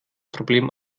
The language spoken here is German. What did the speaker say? problem